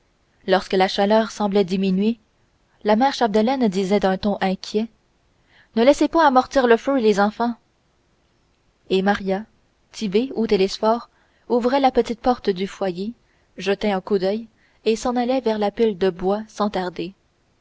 lorsque la chaleur semblait diminuer la mère chapdelaine disait d'un ton inquiet ne laissez pas amortir le feu les enfants et maria tit'bé ou télesphore ouvrait la petite porte du foyer jetait un coup d'oeil et s'en allait vers la pile de bois sans tarder